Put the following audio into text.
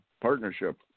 partnership